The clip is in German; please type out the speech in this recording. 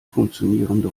funktionierende